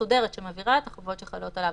מסודרת שמעבירה את החובות שחלות עליו.